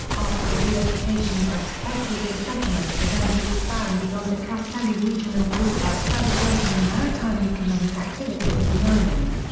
after the re-occupation of spetses the settlement began to expand beyond the kastelli region and brought about further growth in the maritime economic activities of the island.